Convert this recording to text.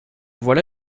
voilà